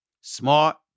Smart